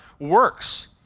works